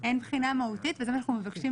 אין בחינה מהותית וזה מה שאנחנו מבקשים